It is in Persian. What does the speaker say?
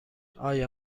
آیا